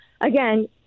again